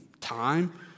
time